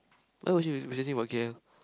why were you researching for k_l